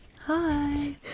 Hi